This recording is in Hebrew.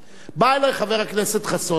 בא אלי חבר הכנסת חסון ואמר: